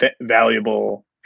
valuable